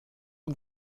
und